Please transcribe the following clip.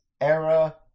era